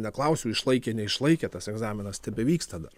neklausiu išlaikė neišlaikė tas egzaminas tebevyksta dar